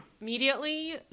immediately